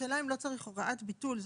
השאלה אם לא צריך הוראת ביטול?